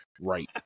right